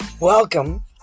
Welcome